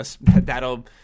that'll